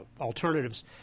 alternatives